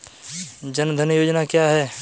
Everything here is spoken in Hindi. जनधन योजना क्या है?